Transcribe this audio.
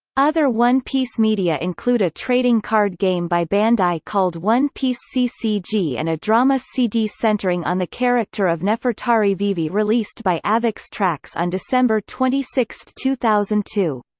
other one piece media include a trading card game by bandai called one piece ccg and a drama cd centering on the character of nefertari vivi released by avex trax on december twenty six, two thousand and two.